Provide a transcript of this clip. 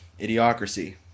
Idiocracy